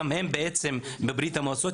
גם הם מברית המועצות,